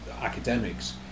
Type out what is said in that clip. academics